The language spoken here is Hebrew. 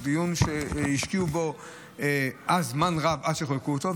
זה דיון שהשקיעו בו אז זמן רב עד שחוקקו אותו,